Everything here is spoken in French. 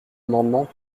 amendement